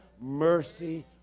mercy